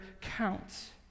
counts